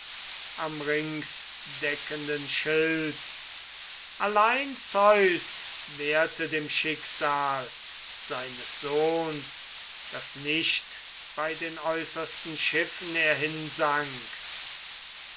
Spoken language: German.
am ringsdeckenden schild allein zeus wehrte dem schicksal seines sohns daß nicht bei den äußersten schiffen er